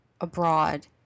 abroad